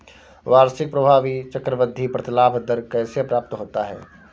वार्षिक प्रभावी चक्रवृद्धि प्रतिलाभ दर कैसे प्राप्त होता है?